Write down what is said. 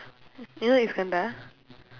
you know iskandar